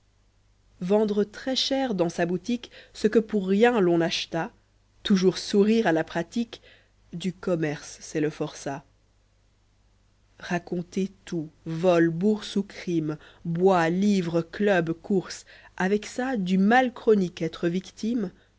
vendre très-cher dans sa boutique ce que pour rien l'on acheta toujours sourire à la pratique du commerce c'est le forçat raconter tout vol bourse du crime bois livre chib course avec ça du mal chronique être victime